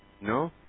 no